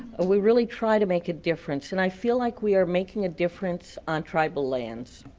we really try to make a difference and i feel like we are making a difference on tribal lands.